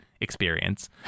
experience